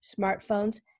smartphones